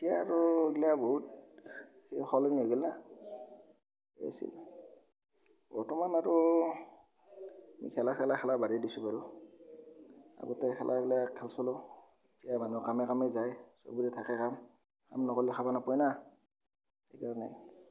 এতিয়া আৰু এইগিলা বহুত এই সলনি হয় গেলনা সেই আছিল বৰ্তমান আৰু খেলা খেলা খেলা বাদে দিছো বাৰু আগতে খেলাবিলাক খেলছিলো এতিয়া মানুহ কামে কামে যায় চবৰে থাকে কাম কাম নকৰিলে খাবা নাপায় না সেই কাৰণে